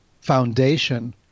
foundation